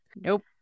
nope